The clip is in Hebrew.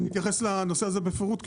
להתייחס לנושא הזה בפירוט,